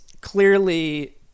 clearly